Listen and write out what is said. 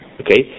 okay